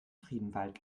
friedewald